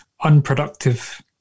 unproductive